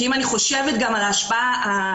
כי אם אני חושבת גם על ההשפעה העתידית,